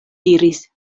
diris